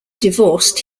divorced